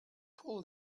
pulled